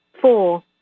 Four